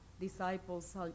Disciples